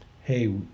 Hey